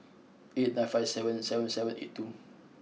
eight nine five seven seven seven eight two